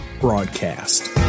Broadcast